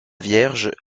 vierge